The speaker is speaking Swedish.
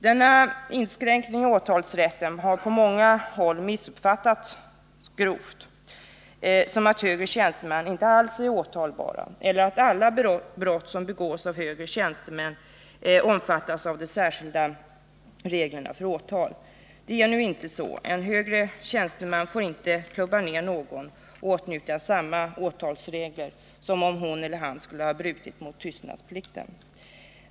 Denna inskränkning i åtalsrätten har på många håll missuppfattats grovt som att högre tjänstemän inte alls är åtalbara, eller att alla brott som begås av en högre tjänsteman omfattas av de särskilda reglerna för åtal. Det är nu inte så. En högre tjänsteman får inte klubba ned någon och åtnjuta samma åtalsregler som om hon eller han skulle ha brutit mot tystnadsplikten.